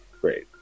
great